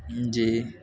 جی